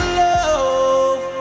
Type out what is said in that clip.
love